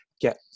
get